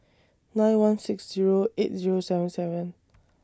nine one six Zero eight Zero seven seven